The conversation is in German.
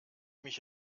mich